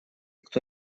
кто